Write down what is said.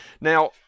Now